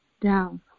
down